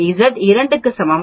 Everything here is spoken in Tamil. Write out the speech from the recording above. இசட் 2 க்கு சமம்